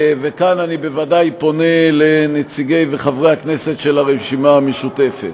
וכאן אני בוודאי פונה לנציגים וחברי הכנסת של הרשימה המשותפת,